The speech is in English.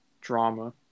drama